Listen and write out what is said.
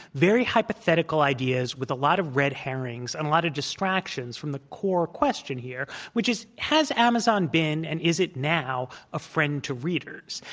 very hypothetical ideas with a lot of red herrings and a lot of distractions from the core question here, which is, has amazon been and is it now a friend to readers?